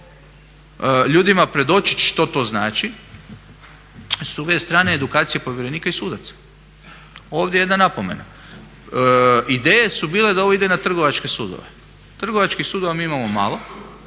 ljudima predočiti što to znači. S druge strane edukacija povjerenika i sudaca. Ovdje jedna napomena. Ideje su bile da ovo ide na trgovačke sudove. Trgovačkih sudova mi imamo malo